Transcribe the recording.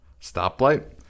stoplight